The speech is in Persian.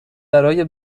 برای